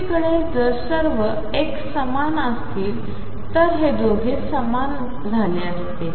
दुसरीकडे जर सर्व x समान असतील तर हे दोघे समान झाले असते